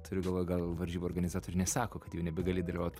turiu galvoj gal varžybų organizatoriai nesako kad jau nebegali dalyvaut